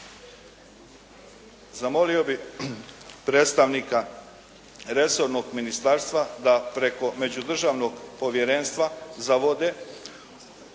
Zamolio bih predstavnika resornog ministarstva da preko međudržavnog povjerenstva za vode